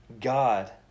God